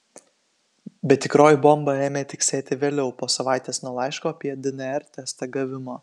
bet tikroji bomba ėmė tiksėti vėliau po savaitės nuo laiško apie dnr testą gavimo